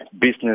business